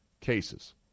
cases